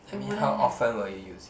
I mean how often will you use it